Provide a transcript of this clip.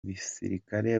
basirikare